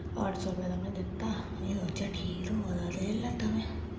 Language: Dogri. अटठ सौ रपे दा उनैं दित्ता में सोचेआ ठीक थ्होआ दा ते लेई लैत्ता